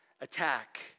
Attack